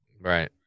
right